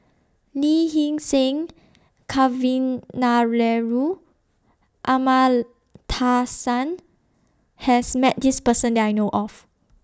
Lee Hee Seng Kavignareru has Met This Person that I know of